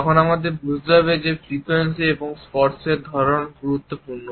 তখন আমাদের বুঝতে হবে যে ফ্রিকোয়েন্সি এবং স্পর্শের ধরন গুরুত্বপূর্ণ